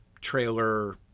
trailer